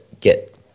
get